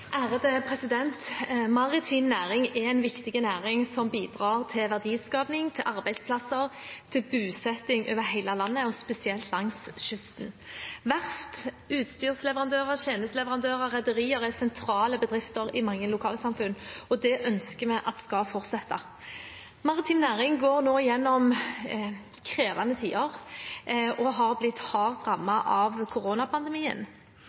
næring er en viktig næring som bidrar til verdiskaping, arbeidsplasser og bosetting over hele landet, og spesielt langs kysten. Verft, utstyrsleverandører, tjenesteleverandører og rederier er sentrale bedrifter i mange lokalsamfunn. Det ønsker vi skal fortsette. Maritim næring går nå igjennom krevende tider og har blitt hardt rammet av koronapandemien.